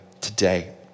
today